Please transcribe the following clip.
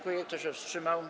Kto się wstrzymał?